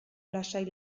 lasai